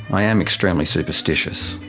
i am extremely superstitious,